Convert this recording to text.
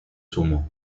sumo